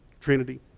Trinity